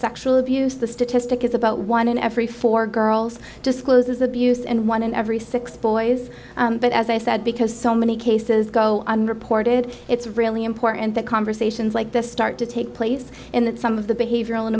sexual abuse the statistic is about one in every four girls discloses abuse and one in every six boys but as i said because so many cases go unreported it's really important that conversations like this start to take place and that some of the behavioral and